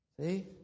See